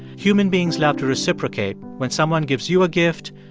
human beings love to reciprocate. when someone gives you a gift,